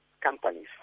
companies